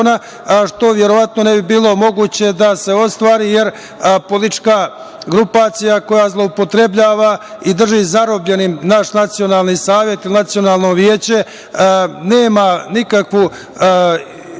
što verovatno ne bi bilo moguće da se ostvari, jer politička grupacija koja zloupotrebljava i drži zarobljenim naš nacionalni savet ili nacionalno veće nema nikakvu intenciju